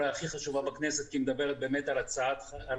אולי הכי חשובה בכנסת כי היא מדברת על הצלת